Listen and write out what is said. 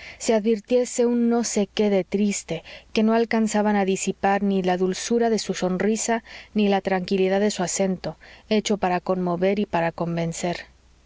se advirtiese un no sé qué de triste que no alcanzaban a disipar ni la dulzura de su sonrisa ni la tranquilidad de su acento hecho para conmover y para convencer